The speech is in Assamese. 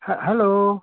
হ হেল্ল'